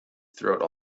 throughout